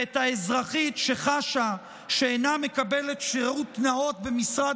את האזרחית שחשה שאינה מקבלת שירות נאות במשרד